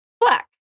black